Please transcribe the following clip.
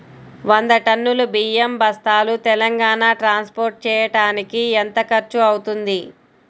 వంద టన్నులు బియ్యం బస్తాలు తెలంగాణ ట్రాస్పోర్ట్ చేయటానికి కి ఎంత ఖర్చు అవుతుంది?